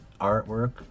artwork